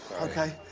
okay.